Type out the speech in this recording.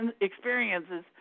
experiences